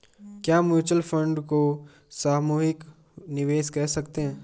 क्या mutual fund को सामूहिक निवेश कह सकते हैं?